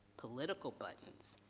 political buttons,